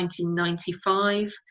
1995